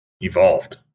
evolved